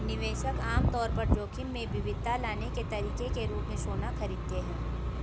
निवेशक आम तौर पर जोखिम में विविधता लाने के तरीके के रूप में सोना खरीदते हैं